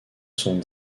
sont